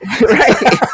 right